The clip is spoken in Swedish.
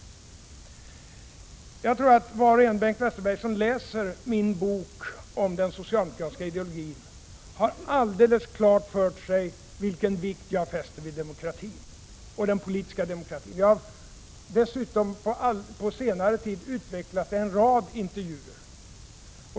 Jag tror, Bengt Westerberg, att var och en som läser min bok om den socialdemokratiska ideologin har alldeles klart för sig vilken vikt jag fäster vid den politiska demokratin. Jag har dessutom på senare tid utvecklat detta i en rad intervjuer.